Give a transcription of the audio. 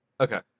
Okay